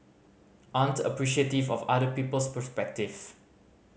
aren't appreciative of other people's perspective